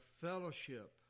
fellowship